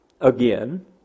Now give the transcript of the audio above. Again